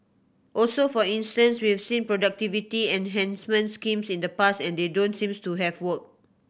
also for instance we've seen productivity enhancement schemes in the past and they don't seem to have worked